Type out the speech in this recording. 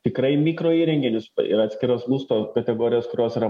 tikrai mikro įrenginius ir atskiros lusto kategorijos kurios yra